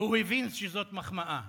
הוא הבין שזאת מחמאה.